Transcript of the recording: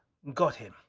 got him!